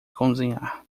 cozinhar